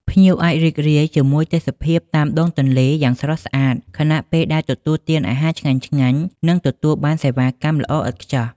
ភ្ញៀវអាចរីករាយជាមួយទេសភាពតាមដងទន្លេយ៉ាងស្រស់ស្អាត ខណៈពេលដែលទទួលទានអាហារឆ្ងាញ់ៗ និងទទួលបានសេវាកម្មល្អឥតខ្ចោះ។